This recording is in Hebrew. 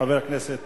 חבר הכנסת